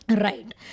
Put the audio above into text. Right